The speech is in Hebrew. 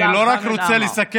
אני לא רק רוצה לסכם,